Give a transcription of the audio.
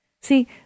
See